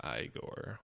Igor